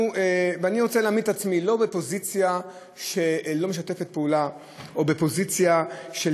אני רוצה להעמיד את עצמי לא בפוזיציה שלא משתפת פעולה או בפוזיציה של